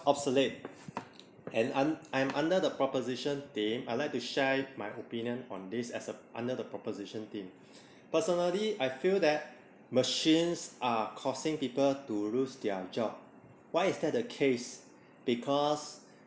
obsolete and I'm I'm under the proposition team I like to share my opinion on this as a under the proposition team personally I feel that machines are causing people to lose their job why is that the case because